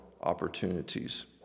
opportunities